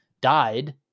died